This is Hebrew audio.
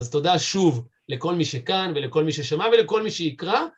אז תודה שוב לכל מי שכאן, ולכל מי ששמע, ולכל מי שיקרא.